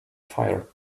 fire